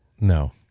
No